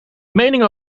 meningen